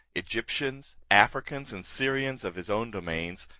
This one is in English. egyptians, africans, and syrians, of his own dominions,